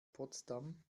potsdam